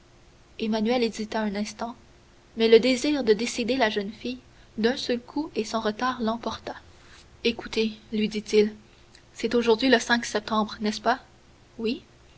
emmanuel hésita un instant mais le désir de décider la jeune fille d'un seul coup et sans retard l'emporta écoutez lui dit-il c'est aujourd'hui le septembre n'est-ce pas oui